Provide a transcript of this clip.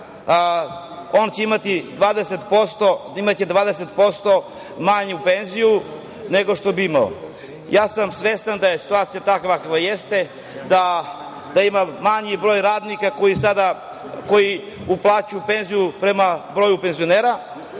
staža, imaće 20% manju penziju nego što bi imao. Svestan sam da je situacija takva kakva jeste, da ima manji broj radnika koji sada uplaćuju penziju prema broju penzionera,